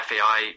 FAI